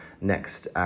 next